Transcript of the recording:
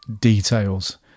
details